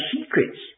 secrets